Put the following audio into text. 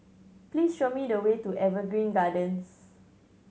please show me the way to Evergreen Gardens